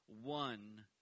one